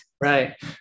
Right